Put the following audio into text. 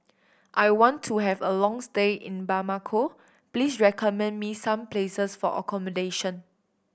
I want to have a long stay in Bamako please recommend me some places for accommodation